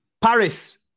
Paris